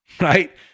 right